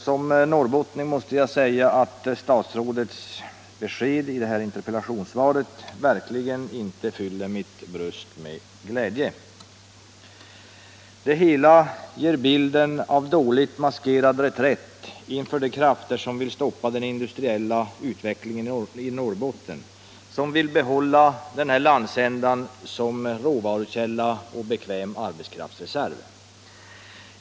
Som norrbottning måste jag säga att statsrådets besked i interpellationssvaret verkligen inte fyller mitt bröst med glädje. Det hela ger bilden av dåligt maskerad reträtt inför de krafter som vill stoppa den industriella utvecklingen i Norrbotten och som vill behålla den landsändan som råvarukälla och befolkningen där som bekväm arbetskraftsreserv.